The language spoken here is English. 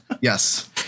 Yes